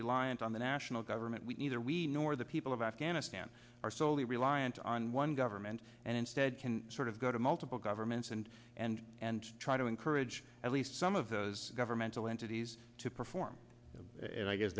reliant on the national government we neither we nor the people of afghanistan are solely reliant on one government and instead can sort of go to multiple governments and and and try to encourage at least some of those governmental entities to perform and i guess